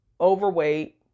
overweight